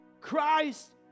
Christ